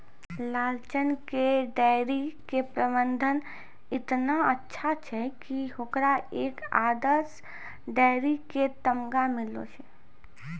लालचन के डेयरी के प्रबंधन एतना अच्छा छै कि होकरा एक आदर्श डेयरी के तमगा मिललो छै